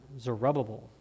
Zerubbabel